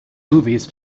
movies